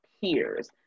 peers